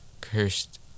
cursed